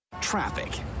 Traffic